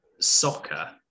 soccer